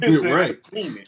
right